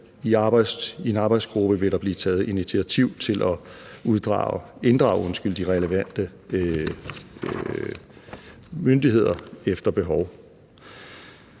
I en arbejdsgruppe vil der blive taget initiativ til at inddrage de relevante myndigheder efter behov.